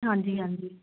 ਹਾਂਜੀ ਹਾਂਜੀ